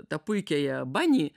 tą puikiąją banį